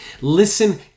Listen